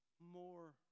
more